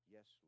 Yes